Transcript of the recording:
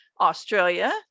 Australia